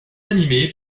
animée